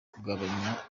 kugabanya